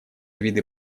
виды